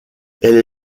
elle